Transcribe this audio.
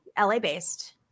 LA-based